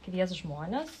kvies žmones